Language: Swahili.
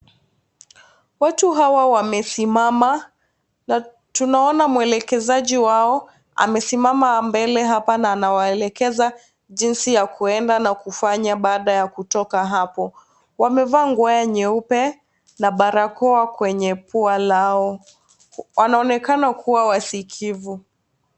Watu hawa wamesimama. Tunaona mwelekezaji wao amesimama mbele hapa na anawaelekeza jinsi ya kuenda na kufanya baada ya kutoka hapo. Wamevaa nguo nyeupe na barakoa kwenye pua lao. Wanaonekana kuwa wasikivu.